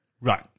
Right